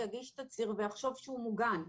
יגיש תצהיר ויחשוב שהוא מוגן,